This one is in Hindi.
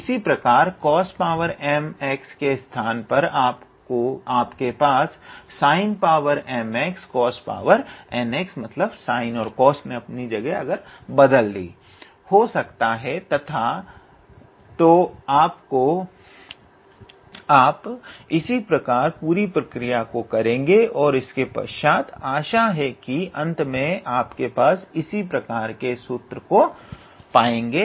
इसी प्रकार 𝑐𝑜𝑠𝑚𝑥 के स्थान पर आपके पास 𝑠𝑖𝑛𝑚𝑥𝑐𝑜𝑠𝑛𝑥 हो सकता है तथा तो आप इसी प्रकार पूरी प्रक्रिया को करेंगे तथा इसके पश्चात आशा है कि अंत में आप इसी प्रकार के सूत्र को पाएंगे